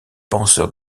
penseurs